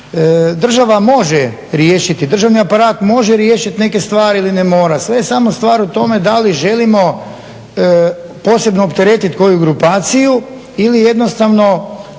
država može riješiti, državni aparat može riješiti neke stvari ili ne mora. Sve je samo stvar u tome da li želimo posebno opteretiti koju grupaciju ili jednostavno